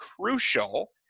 crucial